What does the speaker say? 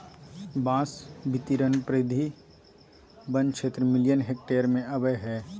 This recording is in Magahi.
बांस बितरण परिधि वन क्षेत्र मिलियन हेक्टेयर में अबैय हइ